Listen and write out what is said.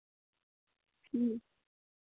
ᱦᱩᱸ